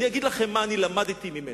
אני אגיד לכם מה אני למדתי ממנו,